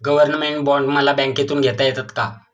Government bond मला बँकेमधून घेता येतात का?